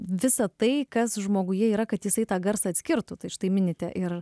visa tai kas žmoguje yra kad jisai tą garsą atskirtų tai štai minite ir